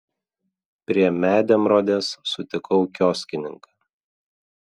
prie medemrodės sutikau kioskininką